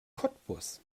cottbus